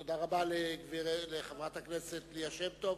תודה רבה לחברת הכנסת ליה שמטוב.